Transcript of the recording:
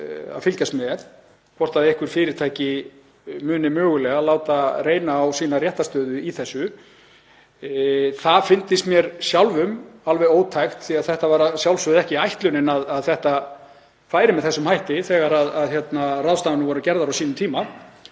að fylgjast með hvort einhver fyrirtæki muni mögulega láta reyna á sína réttarstöðu í þessu. Það fyndist mér sjálfum alveg ótækt því að það var að sjálfsögðu ekki ætlunin að þetta færi með þessum hætti þegar ráðstafanir voru gerðar á sínum tíma.